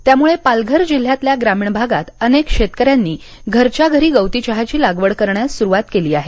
त्यामूळे पालघर जिल्ह्यातल्या ग्रामीण भागात अनेक शेतकऱ्यांनी घरच्या घरी गवती चहाची लागवड करण्यास सुरुवात केली आहे